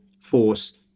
force